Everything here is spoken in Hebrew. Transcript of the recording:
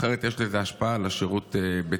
אחרת יש לזה השפעה גם על השירות בצה"ל.